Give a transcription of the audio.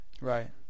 Right